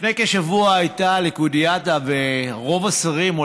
לפני כשבוע הייתה הליכודיאדה ורוב השרים ירדו לאילת,